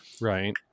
Right